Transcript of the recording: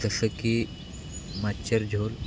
जसं की मच्छर झोल